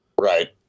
Right